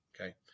Okay